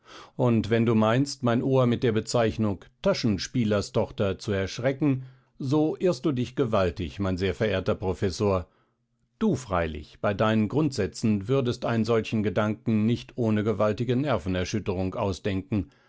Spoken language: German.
und wenn du meinst mein ohr mit der bezeichnung taschenspielerstochter zu erschrecken so irrst du dich gewaltig mein sehr verehrter professor du freilich bei deinen grundsätzen würdest einen solchen gedanken nicht ohne gewaltige nervenerschütterung ausdenken